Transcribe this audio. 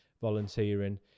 volunteering